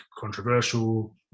controversial